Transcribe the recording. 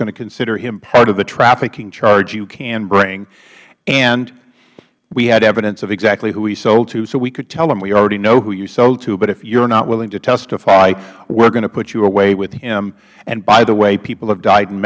going to consider him part of the trafficking charge you can bring and we had evidence of exactly who he sold to so we could tell him we already know who you sold to but if you are not willing to testify we are going to put you away with him and by the way people have died in